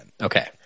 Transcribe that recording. Okay